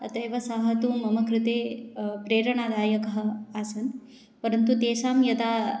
अतः एव सः तु मम कृते प्रेरणादायकः आसन् परन्तु तेषां यदा